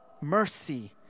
mercy